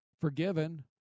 forgiven